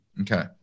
Okay